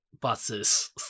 buses